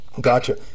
Gotcha